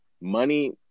money